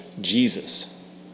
Jesus